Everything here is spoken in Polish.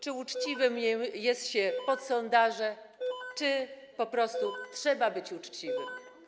Czy uczciwym jest się pod sondaże czy po prostu trzeba być uczciwym?